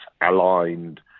aligned